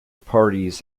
parties